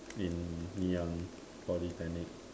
in Ngee Ann Polytechnic